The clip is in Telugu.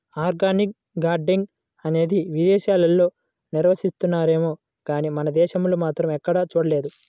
ఆర్గానిక్ గార్డెనింగ్ అనేది విదేశాల్లో నిర్వహిస్తున్నారేమో గానీ మన దేశంలో మాత్రం ఎక్కడా చూడలేదు